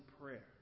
prayer